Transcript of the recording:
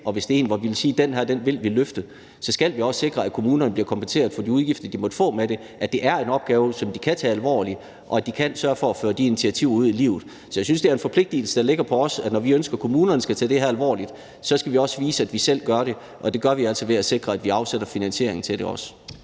vil, og hvis det er en, hvor vi siger, at den her vil vi løfte, så skal vi også sikre, at kommunerne bliver kompenseret for de udgifter, de måtte få med det, så det er en opgave, som de kan tage alvorligt, og så de kan sørge for at føre de initiativer ud i livet. Så jeg synes, det er en forpligtigelse, der ligger på os. Når vi ønsker, at kommunerne skal tage det her alvorligt, skal vi også vise, at vi selv gør det. Og det gør vi altså ved at sikre, at vi også afsætter finansiering til det.